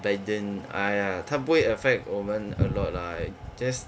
biden !aiya! 他不会 affect 我们 a lot lah just